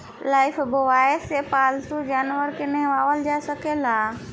Lifebuoy से पाल्तू जानवर के नेहावल जा सकेला